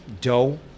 Doe